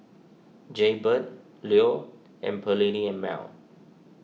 Jaybird Leo and Perllini and Mel